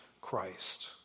Christ